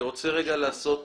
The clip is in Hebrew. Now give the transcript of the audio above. אני רוצה לעשות